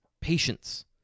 patience